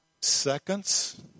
Seconds